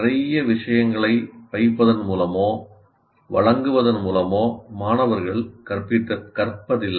நிறைய விஷயங்களை வைப்பதன் மூலமோ வழங்குவதன் மூலமோ மாணவர்கள் கற்பதில்லை